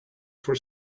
for